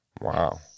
wow